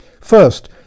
First